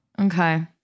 Okay